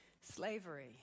slavery